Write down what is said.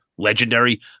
legendary